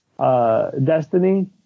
Destiny